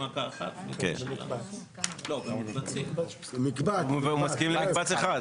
הוא מסכים למקבץ אחד.